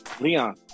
Leon